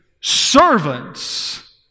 servants